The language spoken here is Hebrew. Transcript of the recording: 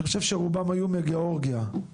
אני חושב שרובם היו מגאורגיה, נכון?